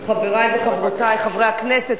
חברי וחברותי חברי הכנסת,